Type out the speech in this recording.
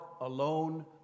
alone